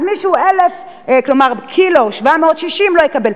אז מי שמשקלו 1.760 ק"ג לא יקבל?